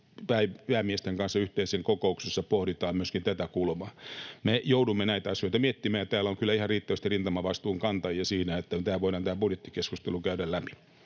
päämiesten kanssa yhteiseen kokoukseen, jossa pohditaan myöskin tätä kulmaa. Me joudumme näitä asioita miettimään, ja täällä on kyllä ihan riittävästi rintamavastuun kantajia, niin että voidaan tämä budjettikeskustelu käydä läpi.